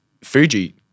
Fuji